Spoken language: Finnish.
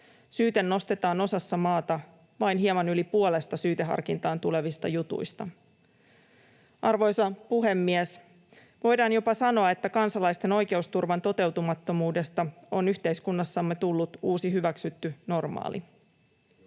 Syyte nostetaan osassa maata vain hieman yli puolesta syyteharkintaan tulevista jutuista. Arvoisa puhemies! Voidaan jopa sanoa, että kansalaisten oikeusturvan toteutumattomuudesta on yhteiskunnassamme tullut uusi hyväksytty normaali.